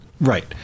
Right